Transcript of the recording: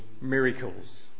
miracles